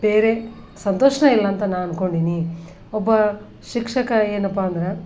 ಬೇರೆ ಸಂತೋಷನೇ ಇಲ್ಲ ಅಂತ ನಾ ಅನ್ಕೊಂಡೀನಿ ಒಬ್ಬ ಶಿಕ್ಷಕ ಏನಪ್ಪ ಅಂದ್ರೆ